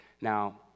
Now